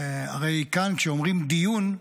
הרי כאן, כשאומרים דיון,